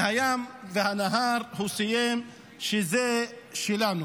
מהים ועד הנהר, הוא סיים: זה שלנו.